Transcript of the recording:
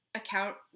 account